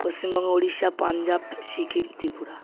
Paschimbanga Orissa Punjab Sikkim Tripura